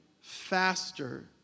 faster